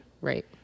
Right